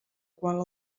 qual